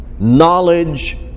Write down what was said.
knowledge